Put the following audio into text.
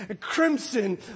crimson